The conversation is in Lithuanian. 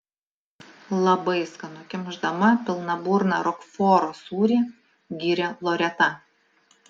labai skanu kimšdama pilna burna rokforo sūrį gyrė loreta